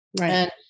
Right